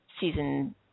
season